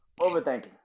Overthinking